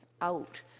out